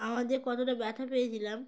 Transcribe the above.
আমার যে কতটা ব্যথা পেয়েছিলাম